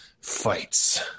Fights